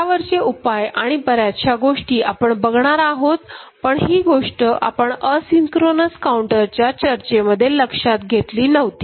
यावरचे उपाय आणि बर्याचशा गोष्टी आपण बघणार आहोत पण ही गोष्ट आपण असिंक्रोनस काउंटरच्या चर्चेमध्ये लक्षात घेतली नव्हती